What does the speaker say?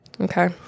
Okay